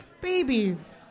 babies